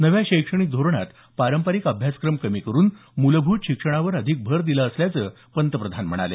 नव्या शैक्षणिक धोरणात पारंपरिक अभ्यासक्रम कमी करून मूलभूत शिक्षणावर अधिक भर दिला असल्याचं पंतप्रधान म्हणाले